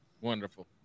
Wonderful